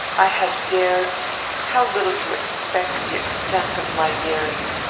i have dared how little you expect the extent of my daring!